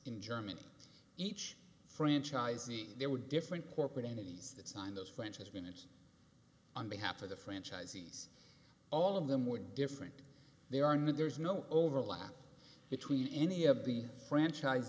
in germany each franchisee there were different corporate entities that signed those franchise minutes on behalf of the franchisees all of them were different they are not there's no overlap between any of the franchise